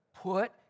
put